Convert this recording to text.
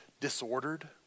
disordered